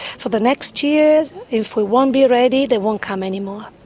for the next year if we won't be ready, they won't come any more.